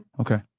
Okay